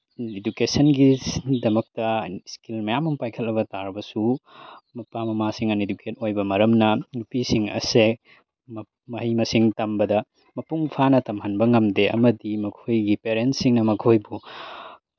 ꯏꯗꯨꯀꯦꯁꯟꯒꯤꯗꯃꯛꯇ ꯏꯁꯀꯤꯝ ꯃꯌꯥꯝ ꯑꯃ ꯄꯥꯏꯈꯠꯂꯕ ꯇꯥꯔꯕꯁꯨ ꯃꯄꯥ ꯃꯃꯥꯁꯤꯡ ꯑꯟꯏꯗꯨꯀꯦꯠ ꯑꯣꯏꯕ ꯃꯔꯝꯅ ꯅꯨꯄꯤꯁꯤꯡ ꯑꯁꯦ ꯃꯍꯩ ꯃꯁꯤꯡ ꯇꯝꯕꯗ ꯃꯄꯨꯡ ꯐꯥꯅ ꯇꯝꯍꯟꯕ ꯉꯝꯗꯦ ꯑꯃꯗꯤ ꯃꯈꯣꯏꯒꯤ ꯄꯦꯔꯦꯟꯁꯁꯤꯡꯅ ꯃꯈꯣꯏꯕꯨ